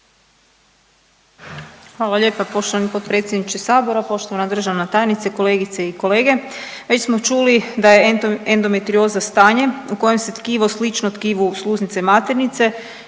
Hvala lijepa poštovani potpredsjedniče sabora. Poštovana državna tajnice, kolegice i kolege, već smo čuli da je endometrioza stanje u kojem se tkivo slično tkivu sluznice maternice